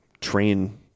train